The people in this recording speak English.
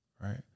right